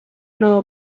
know